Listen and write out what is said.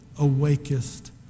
awakest